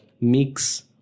mix